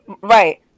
right